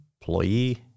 employee